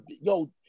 yo